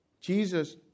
Jesus